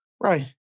Right